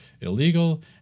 illegal